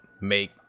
make